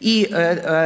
i